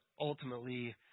ultimately